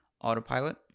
Autopilot